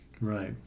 Right